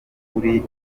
kuri